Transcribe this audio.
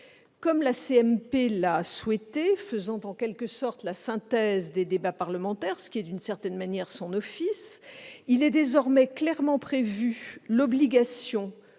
Comme la CMP l'a souhaité, faisant en quelque sorte la synthèse des débats parlementaires, ce qui est d'une certaine manière son office, il est désormais clairement prévu l'obligation